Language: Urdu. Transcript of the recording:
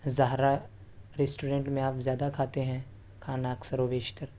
زہرہ ریسٹورینٹ میں آپ زیادہ کھاتے ہیں کھانا اکثر و بیشتر